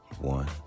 One